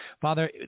father